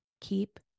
keep